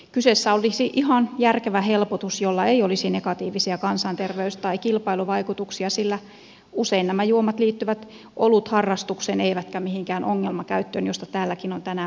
kyseessä olisi ihan järkevä helpotus jolla ei olisi negatiivisia kansanterveys tai kilpailuvaikutuksia sillä usein nämä juomat liittyvät olutharrastukseen eivätkä mihinkään ongelmakäyttöön josta täälläkin on tänään puhuttu